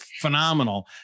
phenomenal